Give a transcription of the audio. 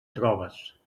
trobes